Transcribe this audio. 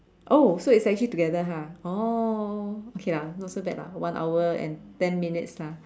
oh so it's actually together ha oh okay lah not so bad lah one hour and ten minutes lah